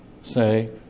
say